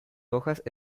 hojas